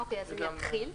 אוקי, אז אני אתחיל: